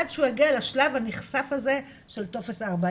עד שהוא יגיע לשלב הנכסף הזה של טופס 4,